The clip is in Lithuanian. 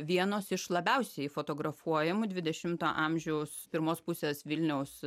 vienos iš labiausiai fotografuojamų dvidešimto amžiaus pirmos pusės vilniaus